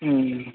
ம்